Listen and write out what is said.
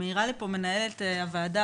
מעירה לי פה מנהלת הוועדה,